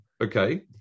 okay